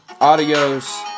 Adios